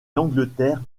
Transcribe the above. l’angleterre